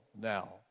now